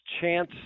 chance